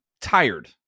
tired